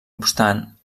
obstant